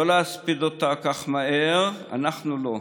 לא להספיד אותה כל כך מהר, אנחנו לא.